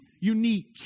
unique